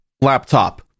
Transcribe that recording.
laptop